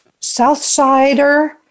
Southsider